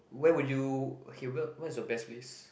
where would you okay what what is your best place